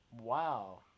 Wow